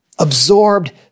Absorbed